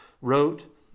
wrote